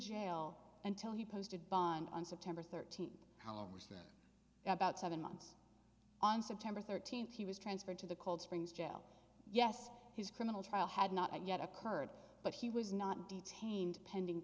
jail until he posted bond on september thirteenth however we spent about seven months on september thirteenth he was transferred to the cold springs jail yes his criminal trial had not yet occurred but he was not detained pending